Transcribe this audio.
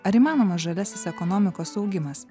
ar įmanomas žaliasis ekonomikos augimas